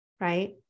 right